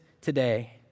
today